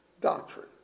Doctrine